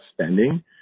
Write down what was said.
spending